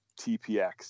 TPX